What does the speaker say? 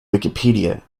wikipedia